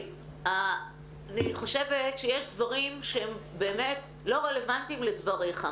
אני חושבת שיש דברים שהם באמת לא רלוונטיים לדבריך.